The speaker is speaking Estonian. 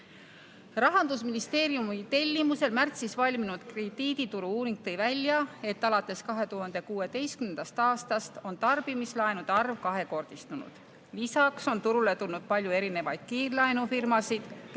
Rahandusministeeriumi tellimusel märtsis valminud krediidituru uuring tõi välja, et alates 2016. aastast on tarbimislaenude arv kahekordistunud. Lisaks on turule tulnud palju erinevaid kiirlaenufirmasid, kes pakuvad